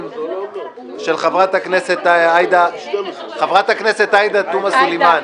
חברת הכנסת עאידה תומא סלימאן,